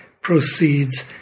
proceeds